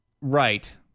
Right